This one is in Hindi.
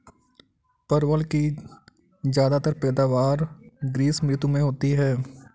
परवल की ज्यादातर पैदावार ग्रीष्म ऋतु में होती है